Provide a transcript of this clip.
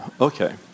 Okay